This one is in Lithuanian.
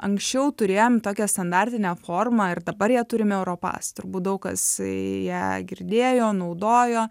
anksčiau turėjom tokią standartinę formą ir dabar ją turime europas turbūt daug kas ją girdėjo naudojo